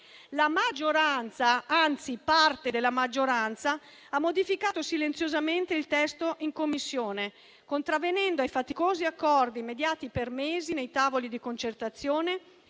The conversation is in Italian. La maggioranza, anzi parte della maggioranza, ha modificato silenziosamente il testo in Commissione, contravvenendo ai faticosi accordi mediati per mesi nei tavoli di concertazione